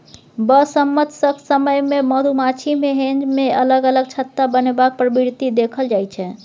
बसंमतसक समय मे मधुमाछी मे हेंज मे अलग अलग छत्ता बनेबाक प्रवृति देखल जाइ छै